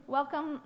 welcome